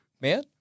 man